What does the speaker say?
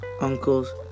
uncles